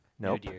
Nope